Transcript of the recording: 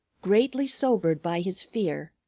greatly sobered by his fear,